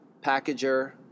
packager